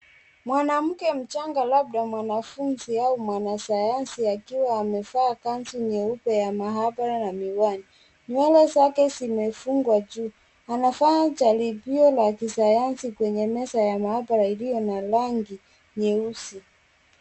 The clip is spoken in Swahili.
Mwanamke mchanga labda mwanafunzi au mwanasayansi, akiwa amevaa kanzu nyeupe ya mshahara na miwani. Nywele zake zimefungwa juu. Anafanya jaribio la maabara kwenye meza ya mahabara iliyo na rangi nyeusi.